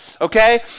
okay